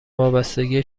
وابستگیه